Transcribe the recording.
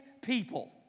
people